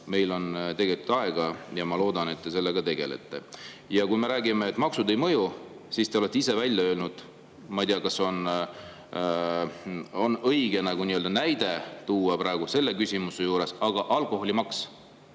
meil on tegelikult aega. Ma väga loodan, et te sellega tegelete. Ja me ju räägime, et maksud ei mõju. Te olete ise selle välja öelnud. Ma ei tea, kas see on õige näide tuua praegu selle küsimuse juures, aga alkoholiaktsiis